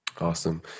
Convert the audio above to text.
Awesome